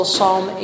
Psalm